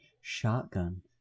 shotgun